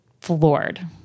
floored